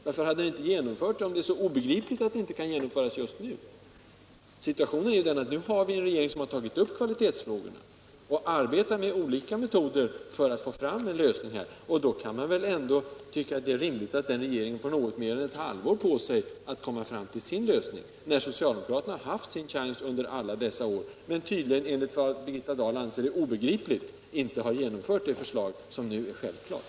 Varför genomförde ni det inte, om det är så obegripligt att det inte kan genomföras just nu? Situationen är den att vi nu har en regering som har tagit upp kvalitetsfrågorna och arbetar med olika metoder för att få fram en lösning. Då kan man väl tycka att det är rimligt, att den regeringen får något mer än ett halvår på sig för att komma fram ti!l sin lösning, när socialdemokraterna har haft sin chans under alla dessa år, men enligt vad Birgitta Dahl tydligen anser obegripligt inte har genomfört det förslag som nu är självklart.